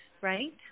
Right